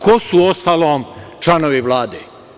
Ko su uostalom članovi Vlade?